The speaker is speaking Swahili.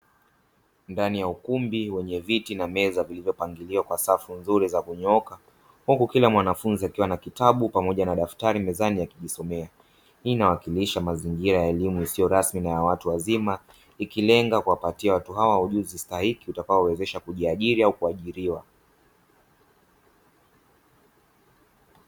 Ndani ya ukumbi wenye viti na meza vilivyopangiliwa kwa safu nzuri za kunyooka, huku kila mwanafunzi akiwa na kitabu pamoja na daftari mezani akijisomea. Hii inawakilisha mazingira ya elimu isiyo rasmi na ya watu wazima, ikilenga kuwapatia watu hawa ujuzi stahiki utakaowawezesha kujiajiri au kuajiriwa.